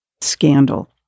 scandal